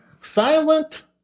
Silent